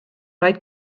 rhaid